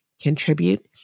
contribute